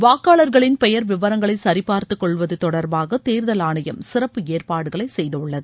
வாக்காளர்களின் பெயர் விவரங்களை சரிபார்த்துக் கொள்வது தொடர்பாக தேர்தல் ஆணையம் சிறப்பு ஏற்பாடுகளை செய்துள்ளது